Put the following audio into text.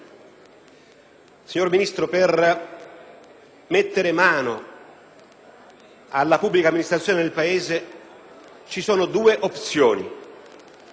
Signor Ministro, per mettere mano alla pubblica amministrazione del Paese ci sono due opzioni,